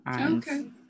okay